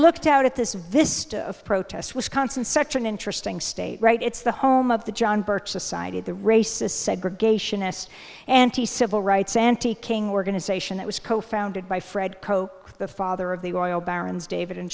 looked out at this vista of protest wisconsin such an interesting state right it's the home of the john birch society the racist segregationist anti civil rights anti king organization that was co founded by fred koch the father of the oil barons david and